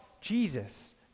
Jesus